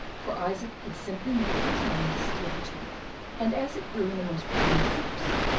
for isaac had simply made up his mind to steal the tulip and as it grew in the most profound secrecy,